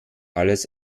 alles